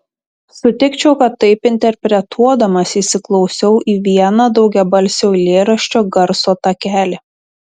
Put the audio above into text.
sutikčiau kad taip interpretuodamas įsiklausiau į vieną daugiabalsio eilėraščio garso takelį